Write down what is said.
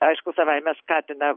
aišku savaime skatina